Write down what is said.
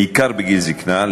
בעיקר בגיל זיקנה,